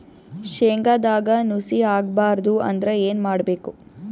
ಶೇಂಗದಾಗ ನುಸಿ ಆಗಬಾರದು ಅಂದ್ರ ಏನು ಮಾಡಬೇಕು?